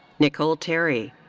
nicole terry.